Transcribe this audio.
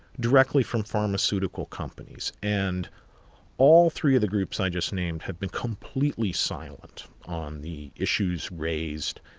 directly from pharmaceutical companies. and all three of the groups i just named have been completely silent on the issues raised.